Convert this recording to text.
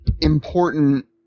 important